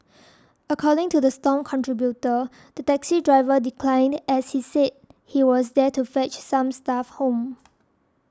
according to the Stomp contributor the taxi driver declined as he said he was there to fetch some staff home